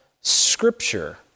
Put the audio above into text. Scripture